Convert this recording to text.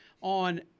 on